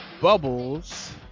Bubbles